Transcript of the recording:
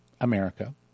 America